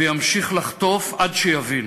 וימשיך לחטוף עד שיבין.